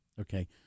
okay